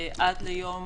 עד ליום